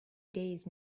days